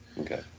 Okay